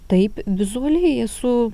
taip vizualiai esu